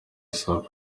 safi